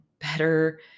better